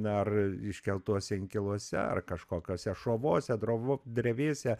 ar iškeltuose inkiluose ar kažkokiose šovos drov drevėse